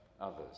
others